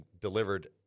delivered